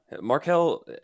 Markel